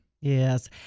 Yes